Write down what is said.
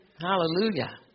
Hallelujah